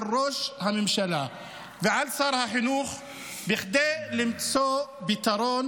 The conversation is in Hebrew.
על ראש הממשלה ועל שר החינוך למצוא פתרון